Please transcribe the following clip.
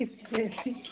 କିଛି ଚେଞ୍ଜ